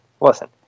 listen